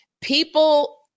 people